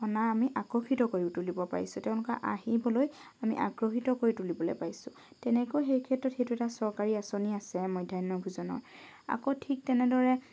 অনাৰ আমি আকৰ্ষিত কৰি তুলিব পাৰিছোঁ তেওঁলোকক আহিবলৈ আমি আগ্ৰহীত কৰি তুলিবলৈ পাৰিছোঁ তেনেকৈ এইক্ষেত্ৰত সেইটো এটা চৰকাৰী আচঁনি আছে মধ্যাহ্ন ভোজনৰ আকৌ ঠিক তেনেদৰে